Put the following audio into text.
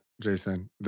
Jason